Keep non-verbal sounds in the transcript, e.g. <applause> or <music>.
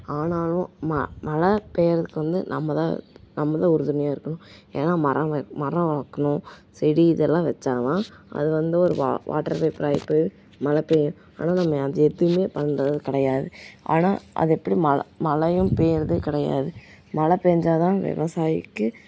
ஆனாலும் ம மழை பெய்கிறதுக்கு வந்து நம்மதான் நம்மதான் உறுதுணையாக இருக்கணும் ஏன்னா மரம் மரம் வளர்க்கணும் செடி இதெல்லாம் வச்சாதான் அது வந்து ஒரு வாட்டர் <unintelligible> மழை பெய்ய ஆனால் நம்ம எதுவுமே பண்ணுறது கிடையாது ஆனால் அது எப்படி ம மழையும் பெய்யுறதே கிடையாது மழை பெஞ்சால் தான் விவசாயிக்கு